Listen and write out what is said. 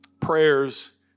prayers